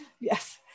Yes